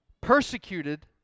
Persecuted